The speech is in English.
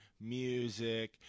music